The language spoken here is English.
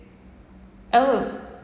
oh